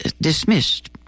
dismissed